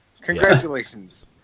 Congratulations